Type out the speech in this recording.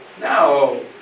No